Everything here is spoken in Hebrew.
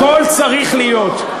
הכול צריך להיות,